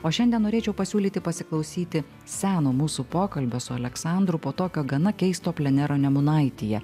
o šiandien norėčiau pasiūlyti pasiklausyti seno mūsų pokalbio su aleksandru po tokio gana keisto plenero nemunaityje